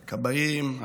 כבאים,